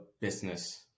business